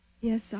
Yes